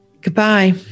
Goodbye